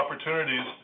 opportunities